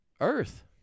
Earth